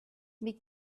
mais